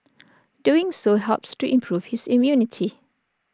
doing so helps to improve his immunity